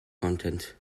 content